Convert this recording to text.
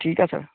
ਠੀਕ ਆ ਸਰ